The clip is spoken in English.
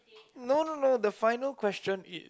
no no no the final question is